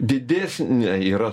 didesnė yra